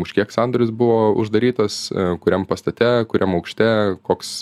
už kiek sandorius buvo uždarytas kuriam pastate kuriam aukšte koks